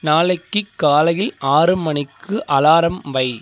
நாளைக்கிக் காலையில் ஆறு மணிக்கு அலாரம் வை